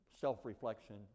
self-reflection